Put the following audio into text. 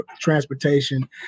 transportation